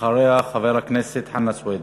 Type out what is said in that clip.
אחריה חבר הכנסת חנא סוייד.